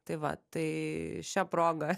tai va tai šia proga